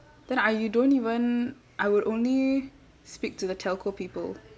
then I don't even I would only speak to the telco people